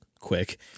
quick